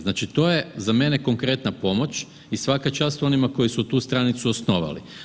Znači to je za mene konkretna pomoć i svaka čast onima koji su tu stranicu osnovali.